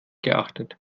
geachtet